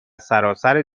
سراسر